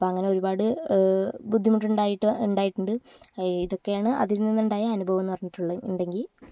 അപ്പോൾ അങ്ങനെ ഒരുപാട് ബുദ്ധിമുട്ട് ഉണ്ടായിട്ട് ഉണ്ടായിട്ടുണ്ട് ഇതൊക്കെയാണ് അതിൽ നിന്നുണ്ടായ അനുഭവം എന്ന് പറഞ്ഞിട്ടുള്ളത് ഉണ്ടെങ്കിൽ